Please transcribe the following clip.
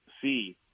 see